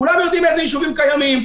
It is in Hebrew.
כולנו יודעים איזה ישובים קיימים,